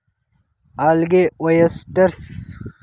algae, oysters